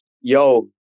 Yo